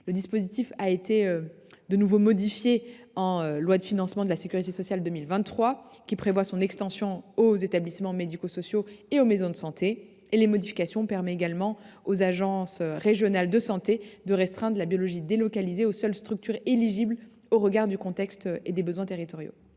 Le dispositif a de nouveau été modifié par la loi de financement de la sécurité sociale de 2023, qui prévoit son extension aux établissements médico sociaux et aux maisons de santé. La modification permet également aux agences régionales de santé de restreindre la biologie délocalisée aux seules structures éligibles au regard du contexte et des besoins territoriaux.